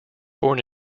born